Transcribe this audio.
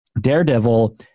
Daredevil